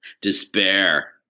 despair